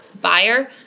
buyer